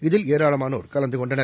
இதில் ஏராளமானோர் கலந்து கொண்டனர்